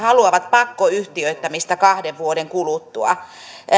haluavat pakkoyhtiöittämistä kahden vuoden kuluttua